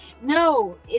No